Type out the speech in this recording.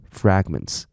fragments 。